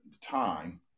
time